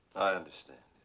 i understand.